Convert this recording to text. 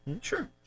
Sure